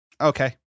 okay